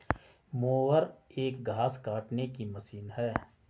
mower एक घास काटने की मशीन है